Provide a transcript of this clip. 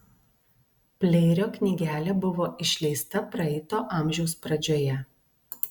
pleirio knygelė buvo išleista praeito amžiaus pradžioje